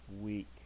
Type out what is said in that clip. week